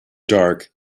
dark